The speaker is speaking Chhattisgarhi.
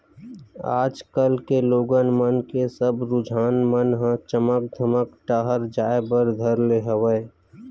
आज कल के लोगन मन के सब रुझान मन ह चमक धमक डाहर जाय बर धर ले हवय